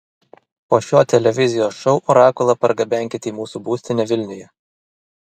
po šio televizijos šou orakulą pargabenkit į mūsų būstinę vilniuje